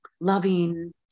loving